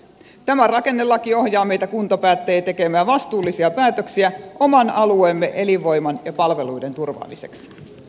tämä rakennelaki ohjaa meitä kuntapäättäjiä tekemään vastuullisia päätöksiä oman alueemme elinvoiman ja palvelujen turvaamiseksi